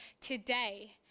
today